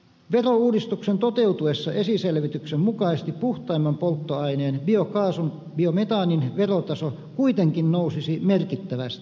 verouudistuksen toteutuessa esiselvityksen mukaisesti puhtaimman polttoaineen biokaasun biometaanin verotaso kuitenkin nousisi merkittävästi